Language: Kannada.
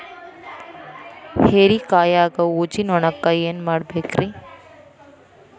ಹೇರಿಕಾಯಾಗ ಊಜಿ ನೋಣಕ್ಕ ಏನ್ ಮಾಡಬೇಕ್ರೇ?